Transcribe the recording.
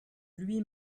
lui